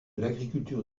l’agriculture